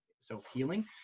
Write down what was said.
self-healing